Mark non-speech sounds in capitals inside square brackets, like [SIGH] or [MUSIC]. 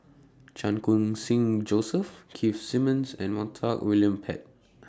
Chan Khun Sing Joseph Keith Simmons and Montague William Pett [NOISE]